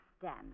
stand